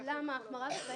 למה ההחמרה הזאת,